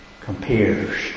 compares